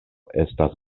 estas